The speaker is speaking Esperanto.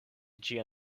ĝia